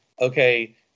Okay